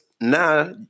now